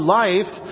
life